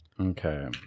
okay